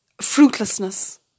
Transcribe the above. fruitlessness